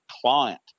client